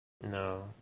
No